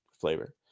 flavor